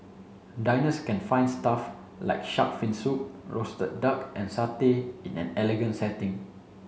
diners can find stuff like shark fin soup roasted duck and satay in an elegant setting